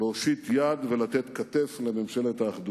להושיט יד ולתת כתף לממשלת האחדות.